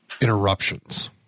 interruptions